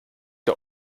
der